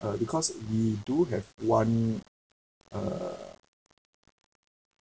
uh because we do have one uh